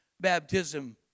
baptism